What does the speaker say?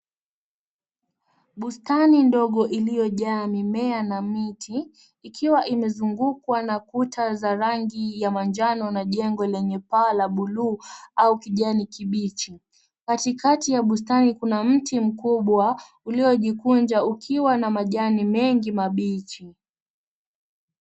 Bustani ndogo iliyo jaa mimea na miti ikiwa imezungukwa na kuta za rangi ya manjano na jengo lenye paa la buluu au kijani kibichi. Katikati ya bustani kuna mti mkubwa uliyo jikunja ukiwa na majani mengi mabichi.